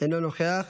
אינו נוכח,